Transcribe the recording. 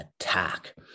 attack